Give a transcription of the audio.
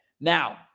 Now